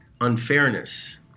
unfairness